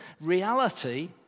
Reality